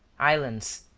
islands,